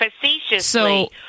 facetiously